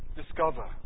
discover